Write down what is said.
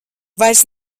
vairs